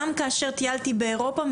גם כאשר טיילתי באירופה,